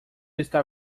está